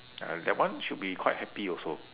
I mean that one should be quite happy also